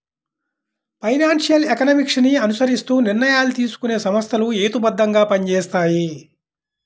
financial economics ని అనుసరిస్తూ నిర్ణయాలు తీసుకునే సంస్థలు హేతుబద్ధంగా పనిచేస్తాయి